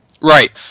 right